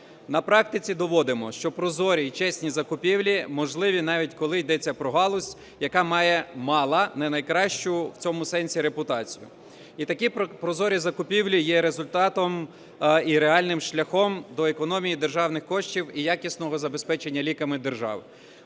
На практиці доводимо, що прозорі і чесні закупівлі можливі, навіть коли йдеться про галузь, яка має… мала не найкращу в цьому сенсі репутацію. І такі прозорі закупівлі є результатом і реальним шляхом до економії державних коштів і якісного забезпечення ліками держави.